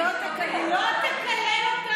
תומא סלימאן.